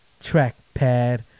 trackpad